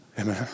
Amen